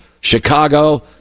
Chicago